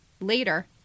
Later